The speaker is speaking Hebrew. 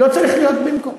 לא צריך להיות במקום.